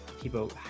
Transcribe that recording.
people